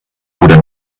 oder